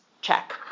Check